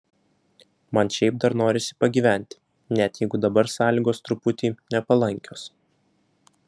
man šiaip dar norisi pagyventi net jei dabar sąlygos truputį nepalankios